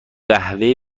قهوه